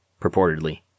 purportedly